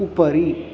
उपरि